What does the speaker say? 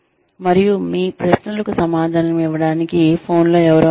మరియు మీ ప్రశ్నలకు సమాధానం ఇవ్వడానికి ఫోన్లో ఎవరో ఉన్నారు